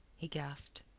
he gasped.